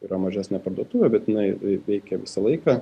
yra mažesnė parduotuvė bet jinai veikia visą laiką